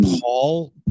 Paul